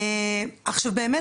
עכשיו באמת,